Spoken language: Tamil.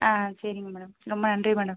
ஆ சரிங்க மேடம் ரொம்ப நன்றி மேடம்